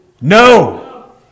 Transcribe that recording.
No